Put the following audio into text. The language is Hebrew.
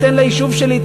תן ליישוב שלי,